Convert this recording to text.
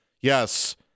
yes